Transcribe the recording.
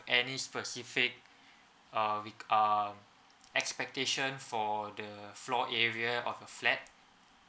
any specific uh re~ um expectation for the floor area of the flat